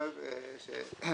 אם אתה חושב שזה מספיק.